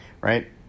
right